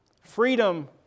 freedom